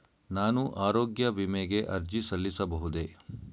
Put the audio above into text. ನಾನು ಆರೋಗ್ಯ ವಿಮೆಗೆ ಅರ್ಜಿ ಸಲ್ಲಿಸಬಹುದೇ?